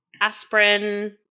aspirin